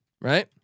right